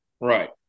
Right